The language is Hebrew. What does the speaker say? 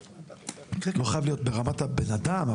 לא חייב להיות ברמת הבן-אדם,